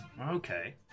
Okay